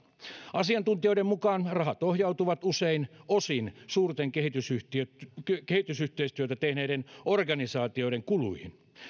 asiantuntijoiden mukaan rahat ohjautuvat usein osin suurten kehitysyhteistyötä kehitysyhteistyötä tehneiden organisaatioiden kuluihin